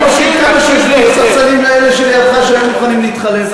אני מכיר כמה שיושבים בספסלים האלה לידך שהיו מוכנים להתחלף.